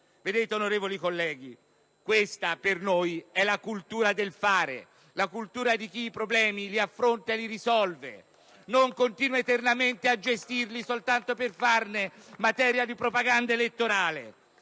Onorevoli colleghi, questa per noi è la cultura del fare, la cultura di chi i problemi li affronta e li risolve e non continua eternamente a gestirli soltanto per farne materia di propaganda elettorale